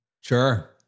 Sure